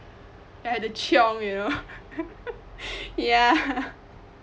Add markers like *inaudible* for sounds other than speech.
I had to qiong you know *laughs* ya